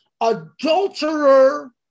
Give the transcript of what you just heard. adulterer